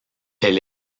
elle